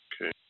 Okay